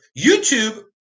youtube